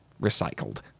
recycled